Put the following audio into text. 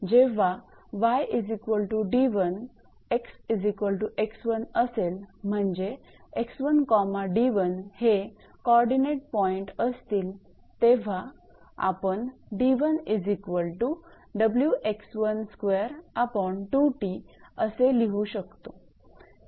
जेव्हा 𝑦𝑑1 𝑥𝑥1 असेल म्हणजे 𝑥1𝑑1 हे कॉर्डीनेट पॉईंट असतील तेव्हा आपण असे लिहू शकतो